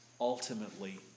ultimately